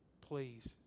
Please